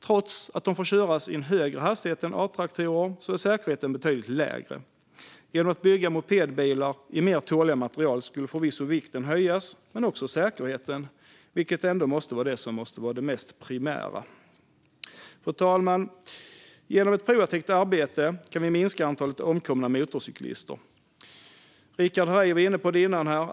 Trots att de får köras i högre hastighet än A-traktorer är säkerheten betydligt lägre. Om mopedbilar byggdes i mer tåliga material skulle vikten förvisso öka men också säkerheten, vilket ändå måste vara det mest primära. Fru talman! Genom ett proaktivt arbete kan vi minska antalet omkomna motorcyklister. Richard Herrey var inne på detta tidigare.